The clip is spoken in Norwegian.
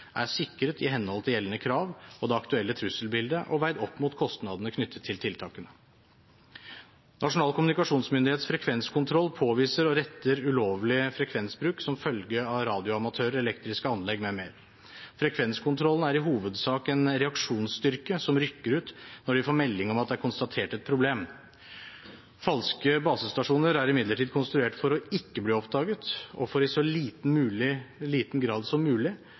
er sikret i henhold til gjeldende krav og det aktuelle trusselbildet og veid opp mot kostnadene knyttet til tiltakene. Nasjonal kommunikasjonsmyndighets frekvenskontroll påviser og retter ulovlig frekvensbruk som følge av radioamatører, elektriske anlegg m.m. Frekvenskontrollen er i hovedsak en reaksjonsstyrke som rykker ut når de får melding om at det er konstatert et problem. Falske basestasjoner er imidlertid konstruert for ikke å bli oppdaget og for i så liten grad som mulig